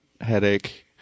headache